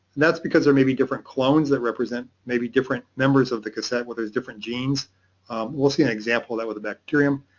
that's because there may be different clones that represent maybe different members of the cassette with those different genes we'll see an example that with a bacterium.